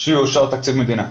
שיאושר תקציב מדינה.